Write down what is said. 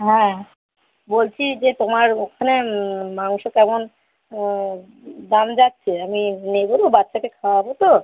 হ্যাঁ বলছি যে তোমার ওখানে মাংস কেমন দাম যাচ্ছে আমি নেবো বাচ্চাকে খাওয়াবো তো